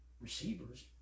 receivers